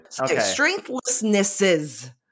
Strengthlessnesses